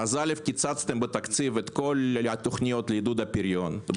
בתקציב קיצצתם את כל התוכניות לעידוד הפריון,